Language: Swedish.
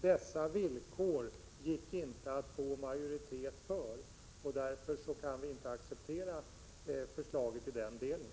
Dessa villkor gick det inte att få majoritet för, och därför kan vi inte acceptera förslaget i den delen.